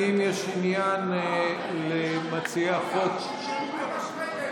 האם יש עניין למציעי החוק,